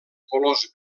colors